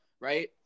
right